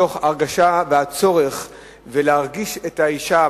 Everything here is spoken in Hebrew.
מתוך הרגשה והצורך ולהרגיש את האשה,